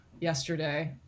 yesterday